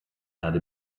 erde